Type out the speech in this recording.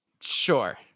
Sure